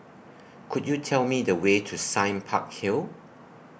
Could YOU Tell Me The Way to Sime Park Hill